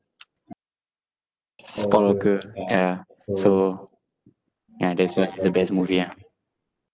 it's paul walker yeah so ya that's one of the best movie ah